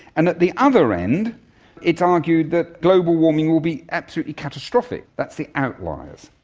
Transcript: and at the other end it's argued that global warming will be absolutely catastrophic. that's the outliers.